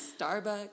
Starbucks